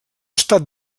estat